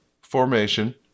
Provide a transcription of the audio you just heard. formation